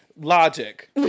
Logic